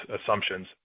assumptions